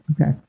okay